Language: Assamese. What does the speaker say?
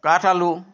কাঠআলু